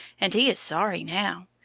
and he is sorry now.